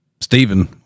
Stephen